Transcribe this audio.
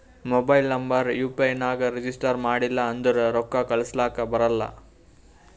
mobile number U P I ನಾಗ್ register ಮಾಡಿಲ್ಲ ಅಂದುರ್ ರೊಕ್ಕಾ ಕಳುಸ್ಲಕ ಬರಲ್ಲ